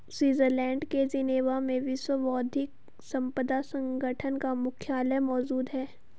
Switzerland के Geneva में विश्व बौद्धिक संपदा संगठन का मुख्यालय मौजूद है